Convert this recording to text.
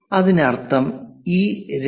അതിനർത്ഥം ഈ 2